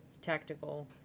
tactical